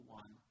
one